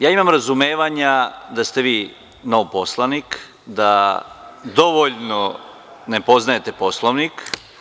Ja imam razumevanja da ste vi nov poslanik, da dovoljno ne poznajete Poslovnik.